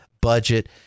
budget